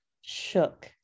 Shook